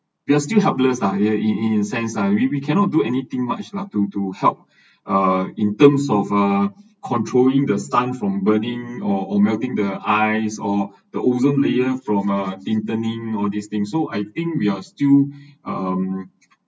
we are still helpless lah in in in sense lah we we cannot do anything much lah to to help uh in terms of uh controlling the sun from burning or or melting the ice or the ozone layer from uh depleting all these thing so I think we are still um